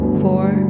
four